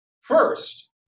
first